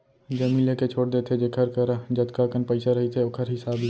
जमीन लेके छोड़ देथे जेखर करा जतका कन पइसा रहिथे ओखर हिसाब ले